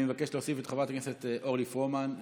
אני מבקש להוסיף את חברת הכנסת אורלי פרומן,